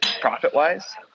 profit-wise